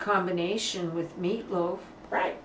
combination with meat loaf right